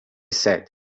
said